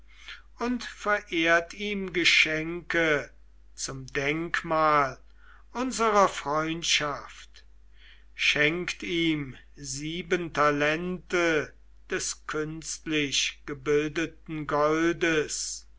und verehrt ihm geschenke zum denkmal unserer freundschaft schenkt ihm sieben talente des künstlichgebildeten goldes